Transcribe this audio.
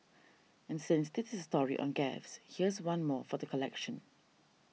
and since this is a story on gaffes here's one more for the collection